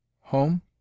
home